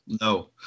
no